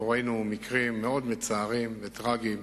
ראינו מקרים מאוד מצערים וטרגיים,